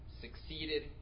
succeeded